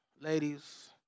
Ladies